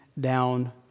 down